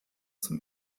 zum